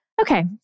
Okay